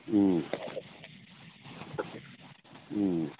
ꯎꯝ ꯎꯝ